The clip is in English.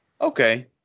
Okay